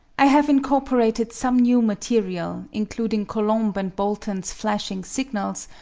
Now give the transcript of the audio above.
i have incorporated some new material, including colomb and bolton's flashing signals,